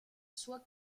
sua